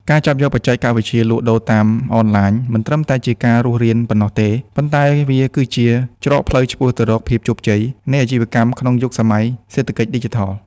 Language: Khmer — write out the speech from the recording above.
ការចាប់យកបច្ចេកវិទ្យាលក់ដូរតាមអនឡាញមិនត្រឹមតែជាការរស់រានប៉ុណ្ណោះទេ ប៉ុន្តែវាគឺជាច្រកផ្លូវឆ្ពោះទៅរកភាពជោគជ័យនៃអាជីវកម្មក្នុងយុគសម័យសេដ្ឋកិច្ចឌីជីថល។